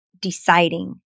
Deciding